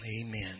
Amen